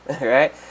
right